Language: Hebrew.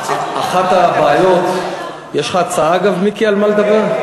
יש לך הצעה, אגב, מיקי, על מה לדבר?